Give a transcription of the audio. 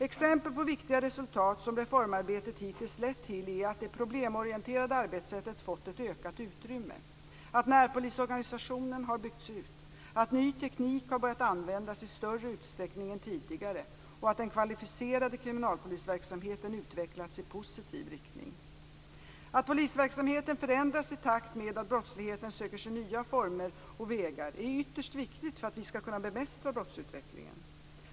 Exempel på viktiga resultat som reformarbetet hittills lett till är att det problemorienterade arbetssättet fått ett ökat utrymme, att närpolisorganisationen har byggts ut, att ny teknik har börjat användas i större utsträckning än tidigare och att den kvalificerade kriminalpolisverksamheten utvecklats i positiv riktning. Att polisverksamheten förändras i takt med att brottsligheten söker sig nya former och vägar är ytterst viktigt för att vi skall kunna bemästra brottsutvecklingen.